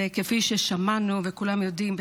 וכפי ששמענו וכולם יודעים,